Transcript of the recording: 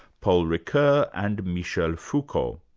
paul ricoeur and michel foucault.